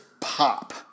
pop